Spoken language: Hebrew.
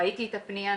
ראיתי את הפנייה,